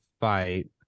fight